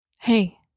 Hey